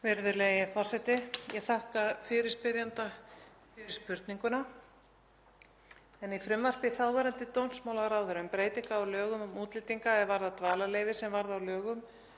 Virðulegi forseti. Ég þakka fyrirspyrjanda fyrir spurninguna. Í frumvarpi þáverandi dómsmálaráðherra um breytingu á lögum um útlendinga, er varða dvalarleyfi og varð að lögum